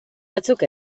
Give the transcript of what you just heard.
batzuk